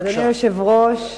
אדוני היושב-ראש,